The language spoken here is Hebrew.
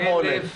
כמה עולה?